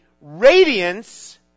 radiance